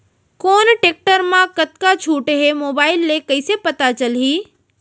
कोन टेकटर म कतका छूट हे, मोबाईल ले कइसे पता चलही?